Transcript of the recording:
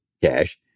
cash